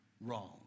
wrong